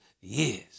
years